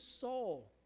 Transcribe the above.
soul